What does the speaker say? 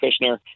Kushner